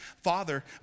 father